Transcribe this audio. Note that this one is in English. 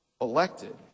elected